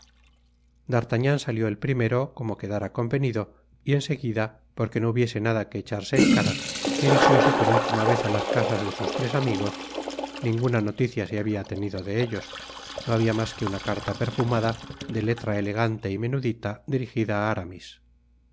d'artagnan salió el primero como quedára convenido y en seguida porque no hubiese nada que echarse en cara dirigióse por última vez á las casas de sus tres amigos ninguna noticia se habia tenido de ellos no habia mas que una carta perfumada de letra elegante y menudita dirigida á aramis